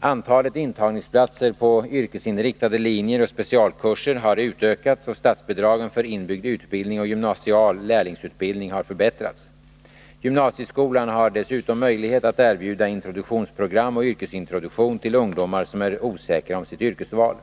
Antalet intagningsplatser på yrkesinriktade linjer och specialkurser har utökats, och statsbidragen för inbyggd utbildning och gymnasial lärlingsutbildning har förbättrats. Gymnasieskolan har dessutom möjlighet att erbjuda introduktionsprogram och yrkesintroduktion till ungdomar som är osäkra om sitt yrkesval.